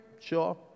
Sure